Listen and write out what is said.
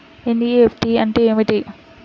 NEFT అంటే ఏమిటీ?